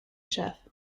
chef